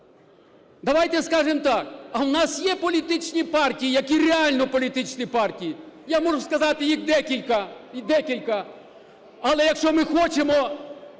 Давайте скажемо так, а у нас є політичні партії, які реально політичні партії? Я можу сказати їх декілька, декілька. Але якщо ми хочемо